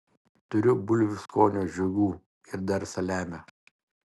turiu bulvių skonio žiogų ir dar saliamio